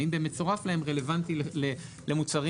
האם 'במצורף להם' רלוונטי למוצרים